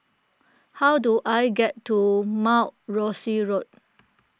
how do I get to Mount Rosie Road